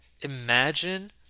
Imagine